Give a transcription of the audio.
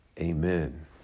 Amen